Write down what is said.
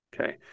Okay